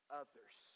others